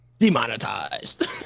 Demonetized